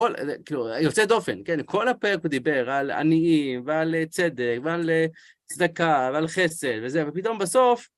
יוצא דופן, כל הפרק הוא דיבר על עניים, ועל צדק, ועל צדקה, ועל חסד, וזה, ופתאום בסוף...